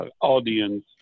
audience